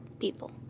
people